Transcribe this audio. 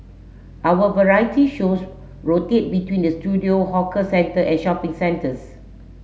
our variety shows rotate between the studio hawker centre and shopping centres